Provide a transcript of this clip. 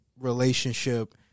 relationship